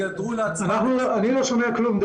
אני לא שומע כלום.